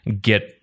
get